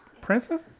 princess